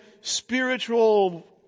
spiritual